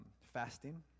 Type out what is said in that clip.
fasting